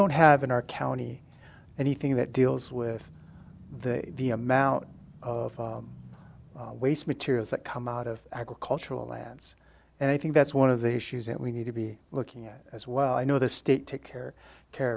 don't have in our county anything that deals with the amount of waste materials that come out of agricultural lands and i think that's one of the issues that we need to be looking at as well i know the state take care care